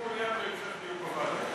אני מעוניין בהמשך דיון בוועדה.